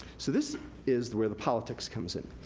so, this is where the politics comes in.